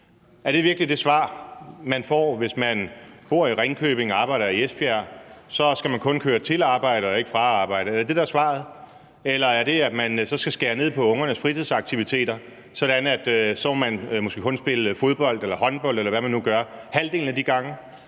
Er det virkelig det svar, man får, at hvis man bor i Ringkøbing og arbejder i Esbjerg, så skal man kun køre til arbejdet og ikke fra arbejdet? Er det det, der er svaret, eller er det, at man så skal skære ned på ungernes fritidsaktiviteter, sådan at man måske kun kan spille fodbold eller håndbold – eller hvad man nu gør – halvdelen af gangene?